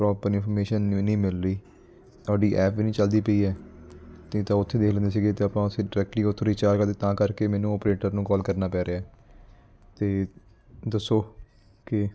proper information ਵੀ ਨਹੀਂ ਮਿਲ ਰਹੀ ਤੁਹਾਡੀ ਐਪ ਨਹੀਂ ਚਲਦੀ ਪਈ ਹੈ ਅਤੇ ਤਾਂ ਉੱਥੇ ਦੇਖ ਲੈਂਦੇ ਸੀਗੇ ਤਾਂ ਆਪਾਂ ਉੱਥੋਂ ਡਾਰੈਕਟਲੀ ਉੱਥੋਂ ਰੀਚਾਰਜ ਕਰ ਕਰਦੇ ਤਾਂ ਕਰਕੇ ਮੈਨੂੰ ਆਪਰੇਟਰ ਨੂੰ ਕਾਲ ਕਰਨਾ ਪੈ ਰਿਹਾ ਅਤੇ ਦੱਸੋ ਕਿ